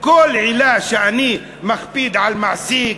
כל עילה שאני מכביד על מעסיק,